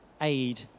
aid